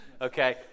Okay